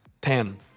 ten